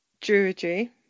Druidry